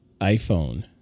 iPhone